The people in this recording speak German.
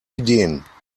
ideen